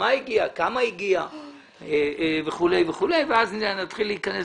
לכמה הוא הגיע וכולי ואז נתחיל להיכנס